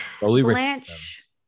Blanche